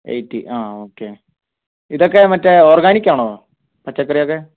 eighty ആ okay ഇതൊക്കെ മറ്റേ ഓർഗാനിക്ക് ആണോ പച്ചക്കറിയൊക്കെ